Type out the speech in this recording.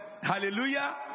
hallelujah